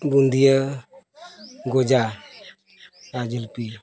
ᱵᱩᱱᱫᱤᱭᱟᱹ ᱜᱚᱡᱟ ᱟᱨ ᱡᱤᱞᱯᱤ